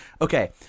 Okay